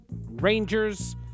Rangers